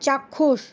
চাক্ষুষ